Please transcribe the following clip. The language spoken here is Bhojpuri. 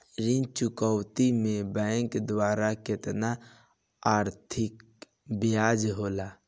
ऋण चुकौती में बैंक द्वारा केतना अधीक्तम ब्याज होला?